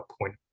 point